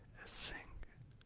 a sink,